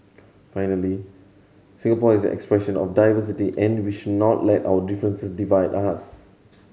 finally Singapore is an expression of diversity and we should not let our differences divide us